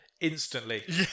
instantly